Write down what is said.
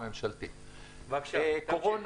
קורונה.